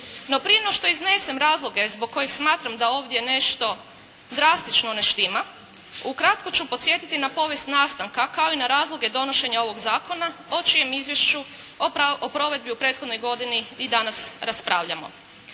No prije no što iznesem razloge zbog kojih smatram da ovdje nešto drastično ne štima, ukratko ću podsjetiti na povijest nastanka kao i na razloge donošenja ovog zakona o čijem izvješću o provedbi u prethodnoj godini i danas raspravljamo.